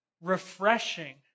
Refreshing